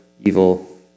evil